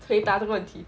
回答这个问题